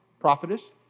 prophetess